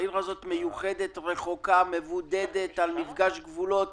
העיר הזאת מיוחדת רחוקה, מבודדת, על מפגש גבולות